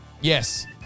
Yes